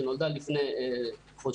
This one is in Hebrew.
שנולדה לפני חודשיים,